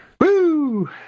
Woo